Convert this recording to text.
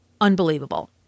unbelievable